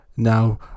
Now